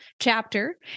chapter